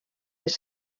les